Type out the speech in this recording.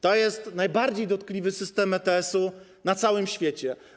To jest najbardziej dotkliwy system ETS-u na całym świecie.